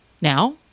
Now